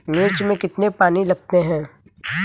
मिर्च में कितने पानी लगते हैं?